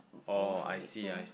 most of it so